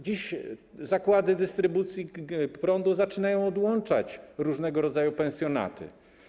Dziś zakłady dystrybucji prądu zaczynają odłączać prąd różnego rodzaju pensjonatom.